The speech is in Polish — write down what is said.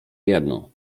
jedno